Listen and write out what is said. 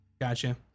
Gotcha